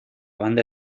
banda